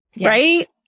Right